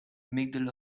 middle